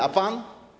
A pan?